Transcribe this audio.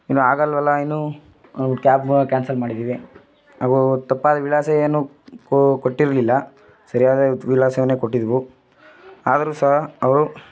ಇನ್ನು ಆಗೋಲ್ವಲ್ಲ ಇನ್ನೂ ಅವು ಕ್ಯಾಬ ಕ್ಯಾನ್ಸಲ್ ಮಾಡಿದೀವಿ ಹಾಗೂ ತಪ್ಪಾದ ವಿಳಾಸ ಏನು ಕೊಟ್ಟಿರಲಿಲ್ಲ ಸರಿಯಾದ ವಿಳಾಸವನ್ನೇ ಕೊಟ್ಟಿದ್ವು ಆದರೂ ಸಹ ಅವರು